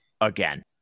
again